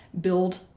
build